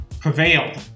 prevailed